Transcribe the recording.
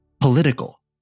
political